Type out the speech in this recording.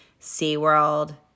SeaWorld